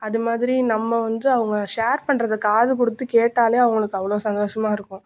அது மாதிரி நம்ம வந்து அவங்க ஷேர் பண்ணுறத காது கொடுத்து கேட்டாலே அவர்களுக்கு அவ்வளோ சந்தோஷமாக இருக்கும்